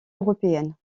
européenne